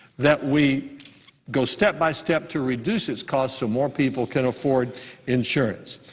that we go step by step to reduce its costs so more people can afford insurance.